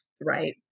Right